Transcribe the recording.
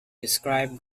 describe